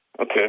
Okay